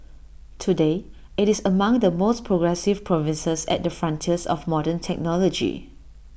today IT is among the most progressive provinces at the frontiers of modern technology